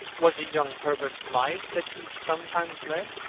was it young herbert's life that he sometimes led?